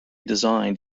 designed